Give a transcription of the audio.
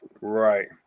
Right